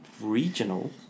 regional